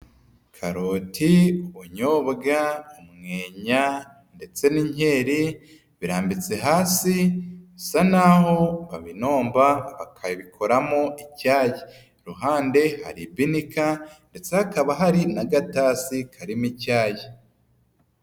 Karoti, ubunyobwa, umwenya ndetse n'inkeri birambitse hasi bisa naho babinomba bakabikoramo icyayi, iruhande hari ibinika ndetse hakaba hari n'agatasi karimo icyayi.